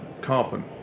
carbon